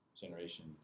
generation